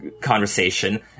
conversation